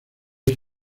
hay